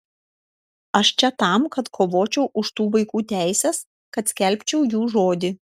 aš čia tam kad kovočiau už tų vaikų teises kad skelbčiau jų žodį